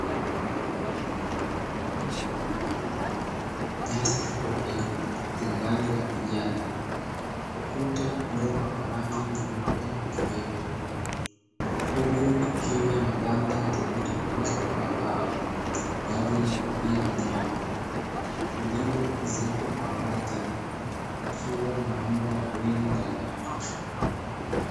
Nyasi fupi zenye rangi ya kijani, ukuta uliopakwa rangi nyeupe na kijivu huku kukiwa na banda lililotengenezwa kwa mbao, kwa ajili ya kufugia wanyama lililoezekwa kwa bati kukiwa na mbwa wawili ndani yake.